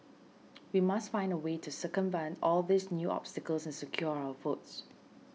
we must find a way to circumvent all these new obstacles and secure our votes